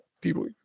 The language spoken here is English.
people